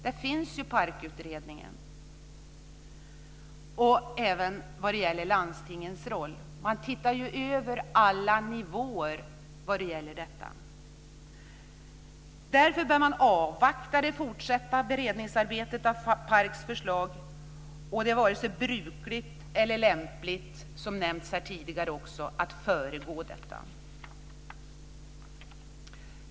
Där finns ju PARK-utredningen, även vad gäller landstingens roll. Man ser över alla nivåer vad gäller detta. Därför bör vi avvakta det fortsatta beredningsarbetet av PARK:s förslag. Det är inte vare sig brukligt eller lämpligt, som nämnts här tidigare, att föregå detta.